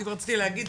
בדיוק רציתי להגיד,